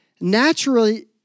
naturally